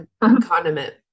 condiment